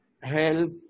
help